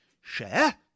Share